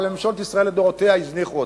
אבל ממשלות ישראל לדורותיהן הזניחו אותם,